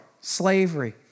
slavery